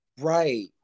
Right